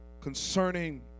concerning